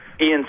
Ian